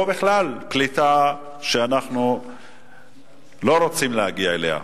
או בכלל פליטה שאנחנו לא רוצים להגיע אליה.